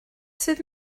sydd